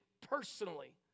personally